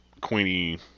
Queenie